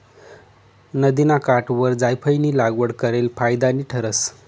नदिना काठवर जायफयनी लागवड करेल फायदानी ठरस